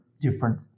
different